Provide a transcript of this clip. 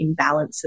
imbalances